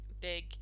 big